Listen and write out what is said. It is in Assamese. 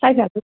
চাই থাকিম